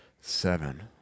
Seven